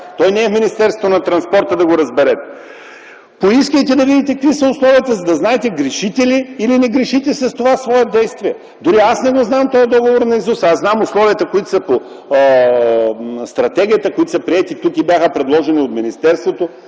Той не е в Министерството на транспорта, за да го разберете. Поискайте да видите какви са условията, за да знаете грешите или не грешите с това свое действие. Дори аз не знам тоя договор наизуст. Аз знам условията, които са по стратегията, които са приети тук и бяха предложени от Министерството